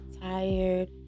tired